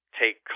take